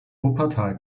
wuppertal